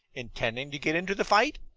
intending to get into the fight?